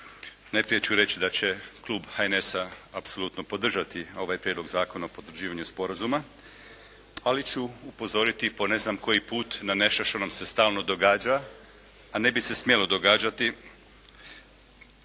Najprije ću reći da će klub HNS-a apsolutno podržati ovaj Prijedlog zakona o potvrđivanju sporazuma. Ali ću upozoriti po ne znam koji put na nešto što nam se stalno događa, a ne bi se smjelo događati.